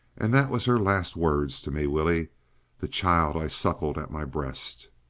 and that was her last words to me willie the child i suckled at my breast!